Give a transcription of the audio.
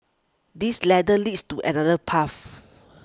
this ladder leads to another path